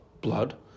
blood